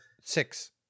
six